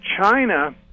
China